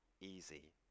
easy